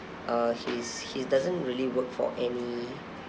uh he's he doesn't really work for any